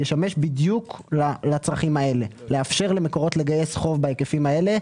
ישמש בדיוק לצרכים האלה לאפשר למקורות לגייס חוב בהיקפים האלה,